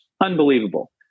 Unbelievable